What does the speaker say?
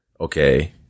okay